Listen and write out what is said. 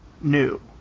new